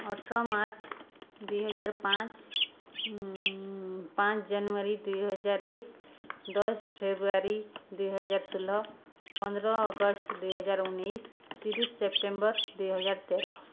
ଅଠର ମାର୍ଚ୍ଚ ଦୁଇହଜାର ପାଞ୍ଚ ପାଞ୍ଚ ଜାନୁଆରୀ ଦୁଇହଜାର ଏକ ଦଶ ଫେବୃୟାରୀ ଦୁଇହଜାର ଷୋହଳ ପନ୍ଦର ଅଗଷ୍ଟ ଦୁଇହଜାର ଉଣେଇଶ ତିରିଶ ସେପ୍ଟେମ୍ବର ଦୁଇହଜାର ତେର